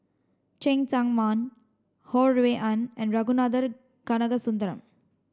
Cheng Tsang Man Ho Rui An and Ragunathar Kanagasuntheram